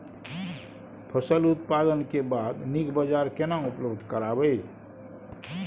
फसल उत्पादन के बाद नीक बाजार केना उपलब्ध कराबै?